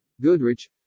Goodrich